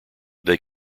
they